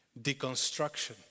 Deconstruction